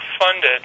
funded